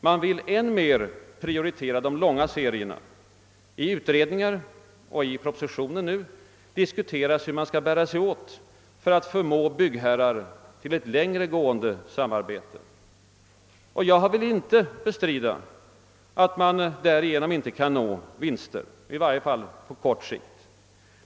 De vill än mer prioritera de långa serierna. I utredningar och i propositionen diskuteras hur man skall bära sig åt för att förmå byggherrar till ett längre gående samarbete. Jag vill inte bestrida att man därigenom kan nå vinster, i varje fall på kort sikt.